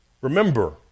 Remember